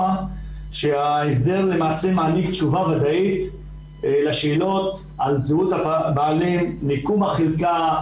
היא שההסדר למעשה מעניק תשובה ודאית לשאלות על מיקום החלקה,